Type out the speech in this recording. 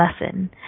lesson